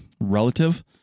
relative